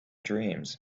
dreams